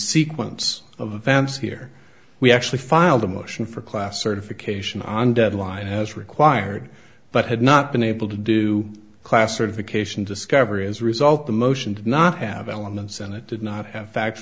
sequence of events here we actually filed a motion for class certification on deadline has required but had not been able to do classification discovery as a result the motion did not have elements and it did not have fact